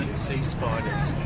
and sea spiders.